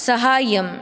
सहाय्यम्